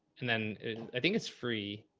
and then i think it's free.